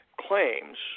claims